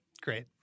Great